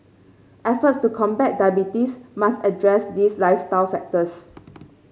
efforts to combat diabetes must address these lifestyle factors